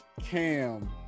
Cam